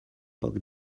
poc